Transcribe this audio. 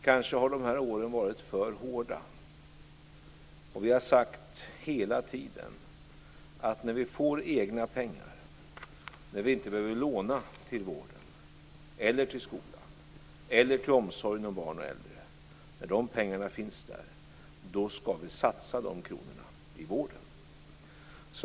Kanske har de här åren varit för hårda. Vi har hela tiden sagt att när vi får egna pengar och inte behöver låna till vården, till skolan eller till omsorgen om barn och äldre - när de pengarna finns där - skall vi satsa de kronorna i vården.